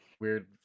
weird